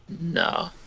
No